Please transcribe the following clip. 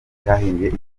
cyahinduye